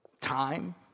time